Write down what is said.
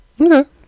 Okay